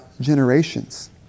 generations